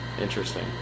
Interesting